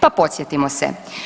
Pa podsjetimo se.